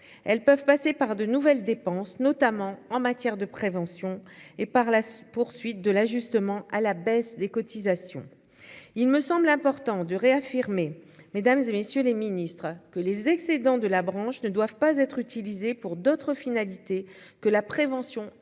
elles peuvent passer par de nouvelles dépenses, notamment en matière de prévention et par la poursuite de l'ajustement à la baisse des cotisations, il me semble important de réaffirmer, mesdames et messieurs les Ministres, que les excédents de la branche ne doivent pas être utilisée pour d'autres finalités que la prévention et